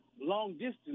long-distance